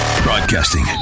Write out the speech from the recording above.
Broadcasting